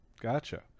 Gotcha